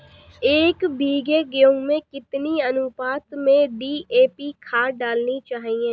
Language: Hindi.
एक बीघे गेहूँ में कितनी अनुपात में डी.ए.पी खाद डालनी चाहिए?